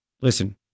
listen